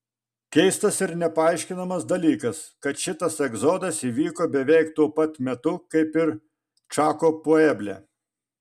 keistas ir nepaaiškinamas dalykas kad šitas egzodas įvyko beveik tuo pat metu kaip ir čako pueble